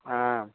आ